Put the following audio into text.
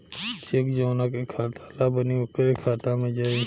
check जौना के खाता ला बनी ओकरे खाता मे जाई